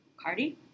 Cardi